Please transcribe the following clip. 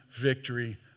victory